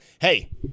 Hey